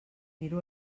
miro